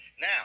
Now